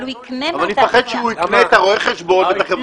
אבל אני מפחד שהוא יקנה את רואה החשבון ואת חברת הייעוץ.